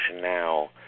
now